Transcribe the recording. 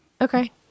Okay